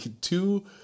Two